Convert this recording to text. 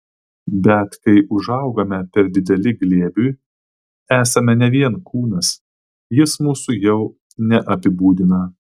bet kai užaugame per dideli glėbiui esame ne vien kūnas jis mūsų jau neapibūdina